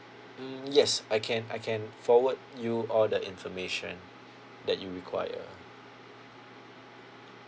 mm yes I can I can forward you all the information that you require